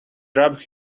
rubbed